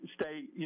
stay